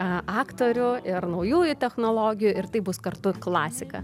aktorių ir naujųjų technologijų ir tai bus kartu klasika